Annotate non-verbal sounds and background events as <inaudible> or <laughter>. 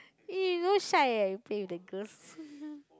!ee! you not shy ah you play with the girls <laughs>